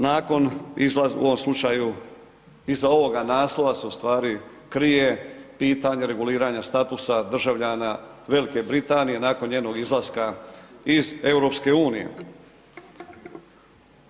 Nakon, u ovom slučaju, iza ovoga naslova se ustvari krije pitanje reguliranja statusa državljana Velike Britanije nakon njenog izlaska iz EU-a.